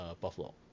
Buffalo